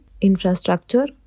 infrastructure